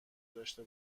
داشته